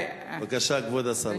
בבקשה, כבוד השרה.